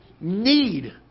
need